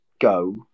go